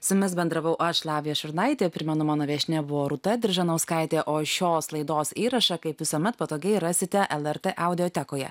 su jumis bendravau aš lavija šurnaitė primenu mano viešnia buvo rūta diržanauskaitė o šios laidos įrašą kaip visuomet patogiai rasite lrt audiotekoje